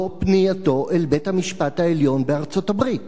זו פנייתו אל בית-המשפט העליון בארצות-הברית.